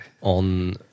On